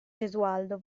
gesualdo